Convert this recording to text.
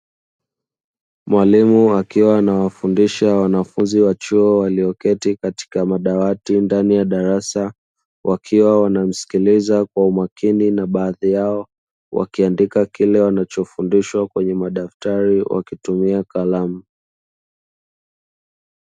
Mwalimu akiwa anawafundisha wanafunzi wa chuo walioketi katika madawati ndani ya darasa wakiwa wanamsikiliza kwa umakini, na baadhi yao wakiandika kile wanachofundishwa kwenye madaftari wakitumia kalamu.